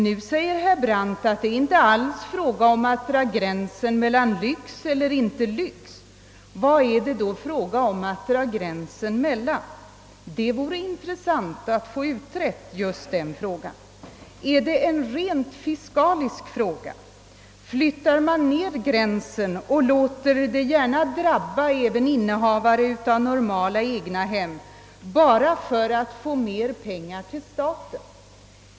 Nu säger dock herr Brandt att det inte är fråga om att dra gränsen mellan lyx och icke lyx. Mellan vilka kategorier är det då fråga om att dra gränsen? Det vore intressant att få just den saken utredd. Är det en rent fiskalisk fråga? Flyttar man ned gränsen och låter den skärpta beskattningen drabba även innehavare av normala egnahem bara för att få in mer pengar till staten?